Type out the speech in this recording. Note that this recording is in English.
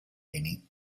meaning